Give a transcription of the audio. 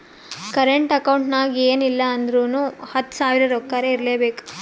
current account ನಾಗ್ ಎನ್ ಇಲ್ಲ ಅಂದುರ್ನು ಹತ್ತು ಸಾವಿರ ರೊಕ್ಕಾರೆ ಇರ್ಲೆಬೇಕು